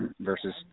versus